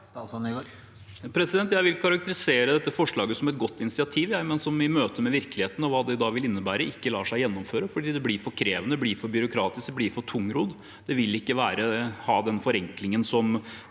Statsråd Jon-Ivar Nygård Jeg vil karak- terisere dette forslaget som et godt initiativ, men som i møte med virkeligheten og hva det vil innebære, ikke lar seg gjennomføre fordi det blir for krevende, for byråkratisk og for tungrodd. Det vil ikke være den forenklingen som